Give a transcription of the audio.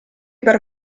per